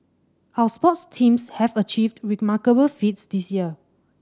our sports teams have achieved remarkable feats this year